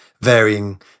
varying